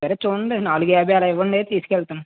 సరే చూడండి నాలుగు యాభై అలా ఇవ్వండి తీసుకు వెళ్తాను